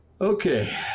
Okay